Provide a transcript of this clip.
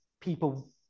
people